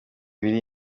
biri